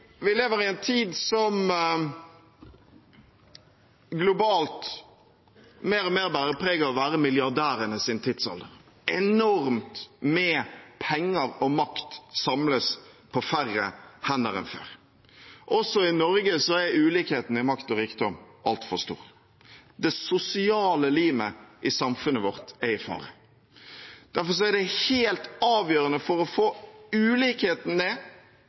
lever i en tid som, globalt, mer og mer bærer preg av å være milliardærenes tidsalder. Enormt med penger og makt samles på færre hender enn før. Også i Norge er ulikheten i makt og rikdom altfor stor. Det sosiale limet i samfunnet vårt er i fare. Derfor er det helt avgjørende for å få ulikheten ned